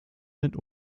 mit